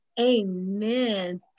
Amen